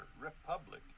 republic